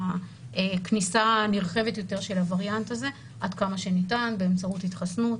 לכניסה נרחבת יותר של הווריאנט הזה עד כמה שניתן באמצעות התחסנות.